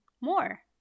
more